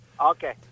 Okay